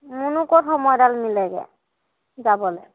মোৰনো ক'ত সময়ডাল মিলেগৈ যাবলৈ